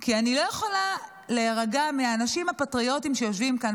כי אני לא יכולה להירגע מהאנשים הפטריוטים שיושבים כאן,